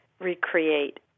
recreate